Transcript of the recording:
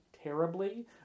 terribly